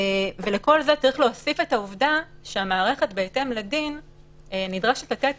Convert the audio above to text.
ולכול זה צריך להוסיף את העובדה שהמערכת בהתאם לדין נדרשת לתת